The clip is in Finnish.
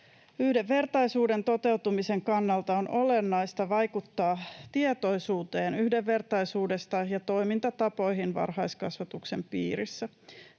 Yhdenvertaisuuden toteutumisen kannalta on olennaista vaikuttaa tietoisuuteen yhdenvertaisuudesta ja toimintatapoihin varhaiskasvatuksen piirissä.